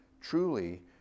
Truly